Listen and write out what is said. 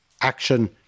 action